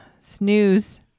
Snooze